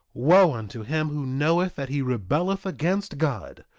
wo unto him who knoweth that he rebelleth against god!